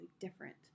different